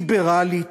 ליברלית.